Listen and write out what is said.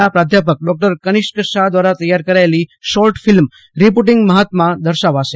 ના પ્રાધ્યાપક ડોક્ટર કનિષ્ક શાહ દ્વારા તૈયાર કરાયેલી શોર્ટ ફિલ્મ રીબુટીંગ મહાત્મા દર્શાવાશે